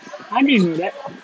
I didn't know that